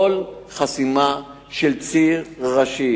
כל חסימה של ציר ראשי